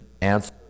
answer